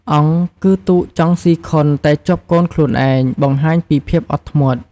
អង់ គឺទូកចង់ស៊ីខុនតែជាប់កូនខ្លួនឯង បង្ហាញពីភាពអត់ធ្មត់។